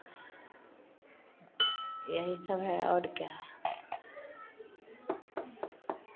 यही सब है और क्या